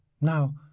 Now